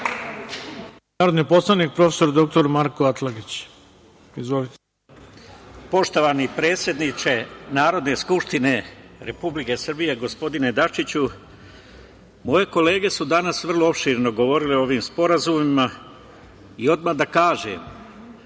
narodni poslanik prof. dr Marko Atlagić. Izvolite. **Marko Atlagić** Poštovani predsedniče Narodne skupštine Republike Srbije, gospodine Dačiću, moje kolege su danas vrlo opširno govorile o ovim sporazumima i odmah da kažem